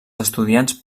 estudiants